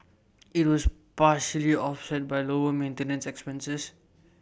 IT was partially offset by lower maintenance expenses